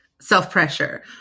self-pressure